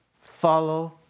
follow